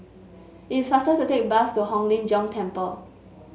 it is faster to take a bus to Hong Lim Jiong Temple